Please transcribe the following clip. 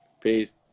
Peace